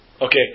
Okay